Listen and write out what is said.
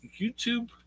YouTube